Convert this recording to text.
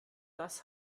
das